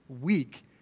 week